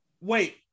Wait